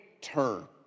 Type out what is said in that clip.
turn